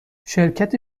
شرکت